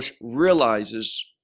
realizes